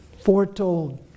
Foretold